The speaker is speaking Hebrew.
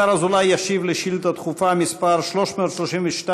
השר אזולאי ישיב על שאילתה דחופה מס' 332,